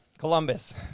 Columbus